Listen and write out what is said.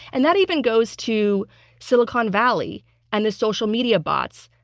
and that even goes to silicon valley and the social media bots,